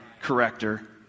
corrector